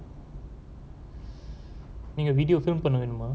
நீங்க:neeenga video film பண்ணவேணுமா:pannavenuma